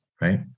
right